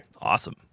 awesome